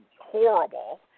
horrible